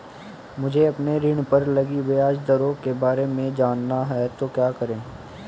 मुझे अपने ऋण पर लगी ब्याज दरों के बारे में जानना है तो क्या करें?